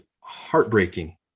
heartbreaking